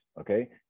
okay